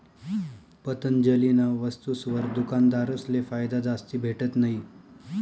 पतंजलीना वस्तुसवर दुकानदारसले फायदा जास्ती भेटत नयी